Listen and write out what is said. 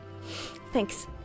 thanks